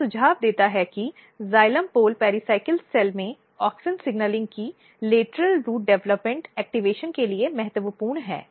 यह सुझाव देता है कि जाइलम पोल पेरीसाइकल सेल में ऑक्सिन सिग्नलिंग की लेटरल रूट्स विकास सक्रियता के लिए महत्वपूर्ण है